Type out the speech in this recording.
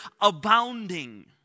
abounding